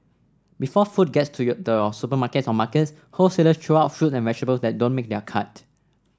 before food gets to your the supermarkets or markets wholesaler throw out fruit and vegetable that don't make their cut